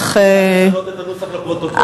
כך, אני מוכן לשנות את הנוסח לפרוטוקול.